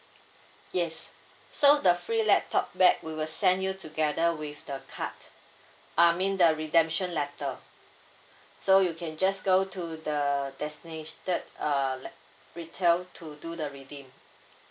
yes so the free laptop bag we will send you together with the card uh mean the redemption letter so you can just go to the destinat~ the uh l~ retail to do the redeem